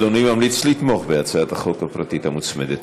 אדוני ממליץ לתמוך בהצעת החוק הפרטית המוצמדת.